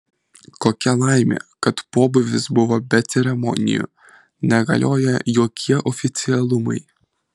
kokia laimė kad pobūvis buvo be ceremonijų negalioja jokie oficialumai